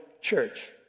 church